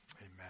Amen